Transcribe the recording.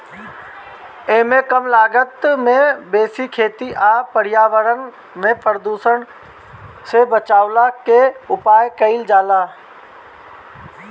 एमे कम लागत में बेसी खेती आ पर्यावरण के प्रदुषण से बचवला के उपाय कइल जाला